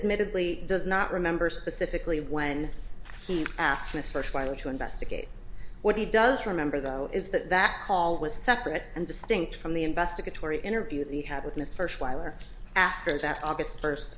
admittedly does not remember specifically when he asked mr flannelly to investigate what he does remember though is that that call was separate and distinct from the investigatory interview that he had with mr filer after that august first